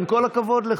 עם כל הכבוד לך.